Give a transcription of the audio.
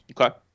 Okay